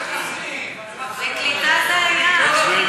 בקליטה זה היה.